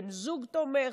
בן זוג תומך,